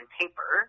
paper